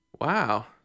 wow